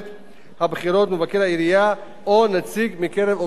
מבקר העירייה או נציג מקרב עובדי לשכתו.